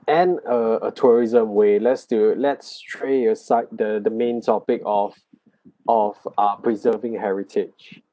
and uh a tourism way let's do let's stray aside the the main topic of of ah preserving heritage